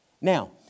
now